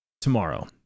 tomorrow